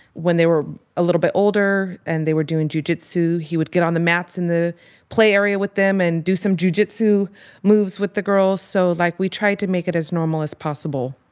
when they were a little bit older and they were doing jujitsu, he would get on the mats in the play area with them and do some jujitsu moves with the girls. so like we tried to make it as normal as possible,